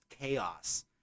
chaos